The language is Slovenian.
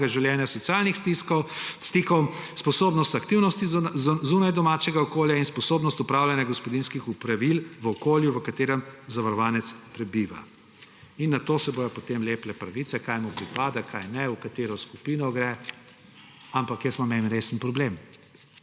življenja, socialnih stikov, sposobnost aktivnosti zunaj domačega okolja in sposobnost opravljanja gospodinjskih opravil v okolju, v katerem zavarovanec prebiva. In na to se bodo potem lepile pravice, kaj mu pripada, kaj ne, v katero skupino gre. Ampak jaz imam en resen problem.